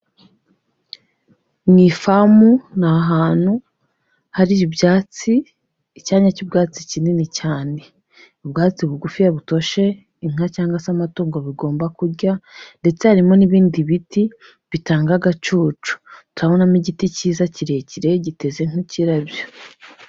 Mu ifamu ni ahantu hari ibyatsi, icyanya cy'ubwatsi kinini cyane, ubwatsi bugufiya butoshe inka cyangwa se amatungo bigomba kurya ndetse harimo n'ibindi biti bitanga agacucu, turabonamo igiti cyiza kirekire giteze nk'ikirabyo.